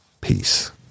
Peace